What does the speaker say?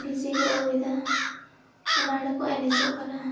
ᱰᱤ J ᱠᱚ ᱟᱹᱜᱩᱭᱮᱫᱟ ᱚᱱᱟ ᱨᱮᱠᱚ ᱮᱱᱮᱡᱚᱜ ᱠᱟᱱᱟ